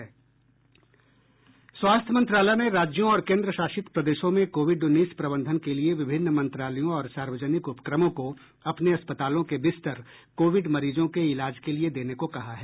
स्वास्थ्य मंत्रालय ने राज्यों और केंद्र शासित प्रदेशों में कोविड उन्नीस प्रबंधन के लिए विभिन्न मंत्रालयों और सार्वजनिक उपक्रमों को अपने अस्पतालों के बिस्तर कोविड मरीजों के इलाज के लिए देने को कहा है